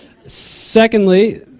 Secondly